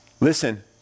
listen